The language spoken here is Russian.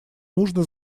нужно